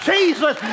Jesus